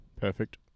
Perfect